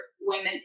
women